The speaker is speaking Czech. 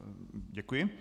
Děkuji.